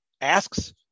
asks